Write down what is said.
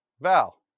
Val